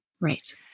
Right